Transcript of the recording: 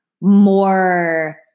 more